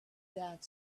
that